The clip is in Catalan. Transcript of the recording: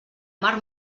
mar